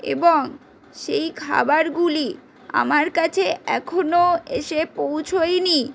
এবং সেই খাবারগুলি আমার কাছে এখনও এসে পৌঁছোয়নি